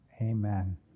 Amen